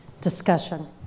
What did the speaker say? discussion